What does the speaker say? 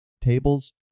Tables